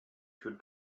could